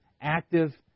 active